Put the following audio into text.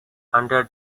under